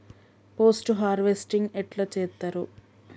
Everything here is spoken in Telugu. పోస్ట్ హార్వెస్టింగ్ ఎట్ల చేత్తరు?